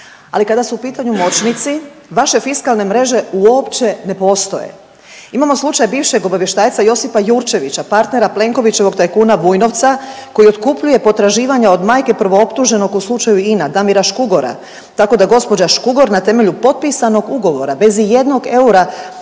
Ali, kada su u pitanju moćnici, vaše fiskalne mreže uopće ne postoje. Imamo slučaj bivšeg obavještajca Josipa Jurčevića, partnera Plenkovićevog tajkuna Vujnovca koji otkupljuje potraživanja od majke prvooptuženog u slučaju INA, Damira Škugora, tako da gđa. Škugor na temelju potpisanog ugovora bez ijednog eura